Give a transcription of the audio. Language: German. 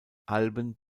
alben